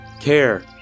care